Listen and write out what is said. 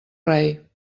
rei